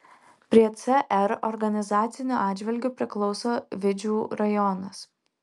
prie cr organizaciniu atžvilgiu priklauso vidžių rajonas